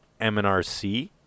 MNRC